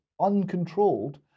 uncontrolled